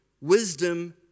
Wisdom